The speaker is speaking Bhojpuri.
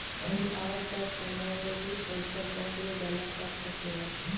कहीं आवत जात समय में भी पइसा बैंक में जमा कर सकेलऽ